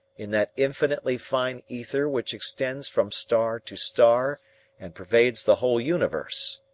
in that infinitely fine ether which extends from star to star and pervades the whole universe.